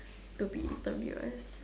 to be interviewed as